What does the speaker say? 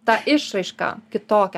ta išraiška kitokia